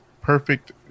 perfect